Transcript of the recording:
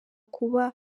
kuba